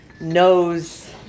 knows